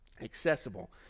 accessible